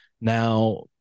Now